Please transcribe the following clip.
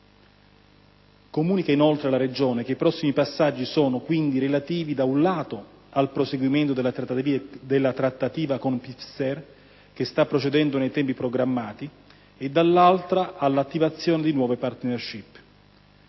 Comunica, inoltre, la Regione che i prossimi passaggi sono, quindi, relativi, da un lato, al proseguimento della trattativa con Pfizer, che sta procedendo nei tempi programmati, e, dall'altro, all'attivazione di nuove *partnership*.